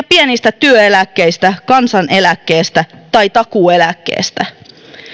pienestä työeläkkeestä kansaneläkkeestä tai takuueläkkeestä